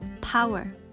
power